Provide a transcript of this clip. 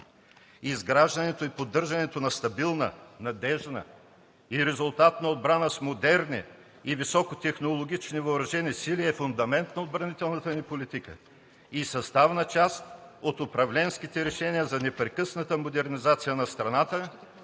изграждането и поддържането на стабилна, надеждна и резултатна отбрана с моделни и високотехнологични въоръжени сили е фундамент на отбранителната ни политика и съставна част от управленските решения за непрекъсната модернизация на страната,